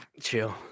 Chill